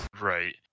Right